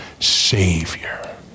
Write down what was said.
Savior